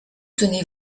tenez